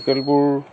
লোকেলবোৰ